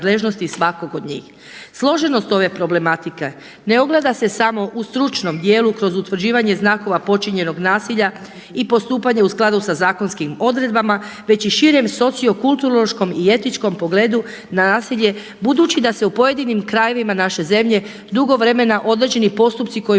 Složenost ove problematike ne ogleda se samo u stručnom djelu kroz utvrđivanje znakova počinjenog nasilja i postupanje u skladu sa zakonskim odredbama već i širem sociokulturološkom i etičkom pogledu na nasilje budući da se u pojedinim krajevima naše zemlje drugo vremena određeni postupci koji